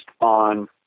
on